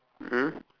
mm